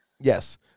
yes